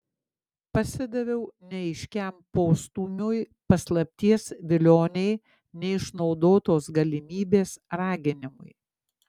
pasidaviau neaiškiam postūmiui paslapties vilionei neišnaudotos galimybės raginimui